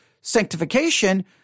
sanctification